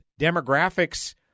demographics